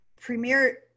premier